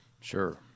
Sure